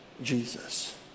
Jesus